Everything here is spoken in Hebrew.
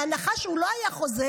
בהנחה שהוא לא היה חוזר,